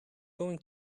going